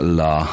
la